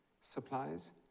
supplies